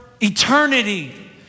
eternity